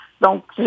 donc